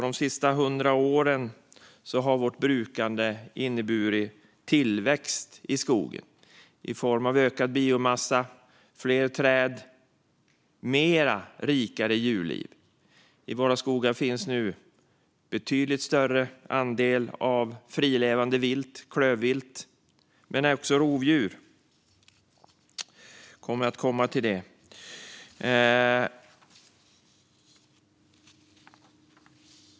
De senaste hundra åren har vårt brukande inneburit tillväxt i skogen i form av ökad biomassa, fler träd och mer och rikare djurliv. I våra skogar finns nu betydligt större andel frilevande vilt, klövvilt, men också rovdjur. Jag kommer att komma tillbaka till det.